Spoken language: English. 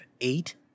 eight